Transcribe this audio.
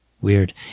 Weird